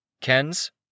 Kens